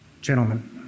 gentlemen